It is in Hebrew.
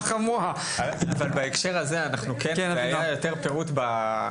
היה יותר פירוט בדיון החסוי,